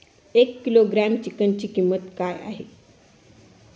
एक किलोग्रॅम चिकनची किंमत काय आहे?